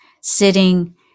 sitting